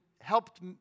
helped